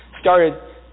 Started